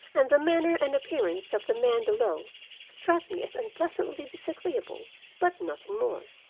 and the manner and appearance of the men below struck me as unpleasantly disagreeable but nothing more.